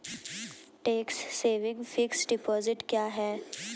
Tax saving fixed deposit क्या है?